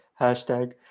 Hashtag